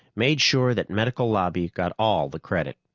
made sure that medical lobby got all the credit.